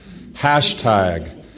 hashtag